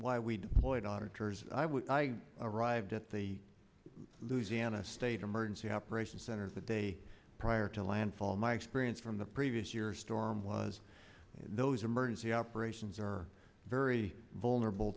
auditors i would i arrived at the louisiana state emergency operations center the day prior to landfall my experience from the previous year storm was those emergency operations are very vulnerable